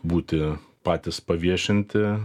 būti patys paviešinti